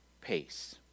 pace